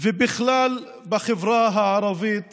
והן בכלל בחברה הערבית